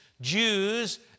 Jews